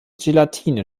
gelatine